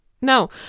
No